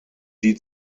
die